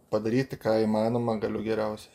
padaryti ką įmanoma galiu geriausiai